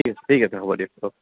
ঠিক আছে হ'ব দিয়ক